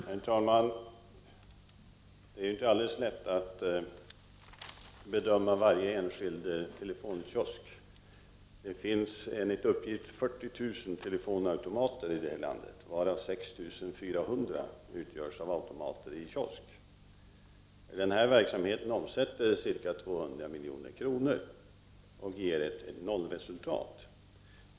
Herr talman! Det är inte alldeles lätt att bedöma varje enskild telefonkiosk. Det finns enligt uppgift 40 000 telefonautomater i det här landet, varav 6 400 utgörs av automater i kiosk. Denna verksamhet omsätter ca 200 milj.kr. och ger ett 0-resultat.